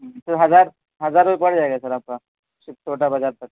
تو ہزار ہزار روپئے پڑ جائے گا سر آپ کا صرف چھوٹا بازار تک